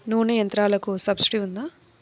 నూనె యంత్రాలకు సబ్సిడీ ఉందా?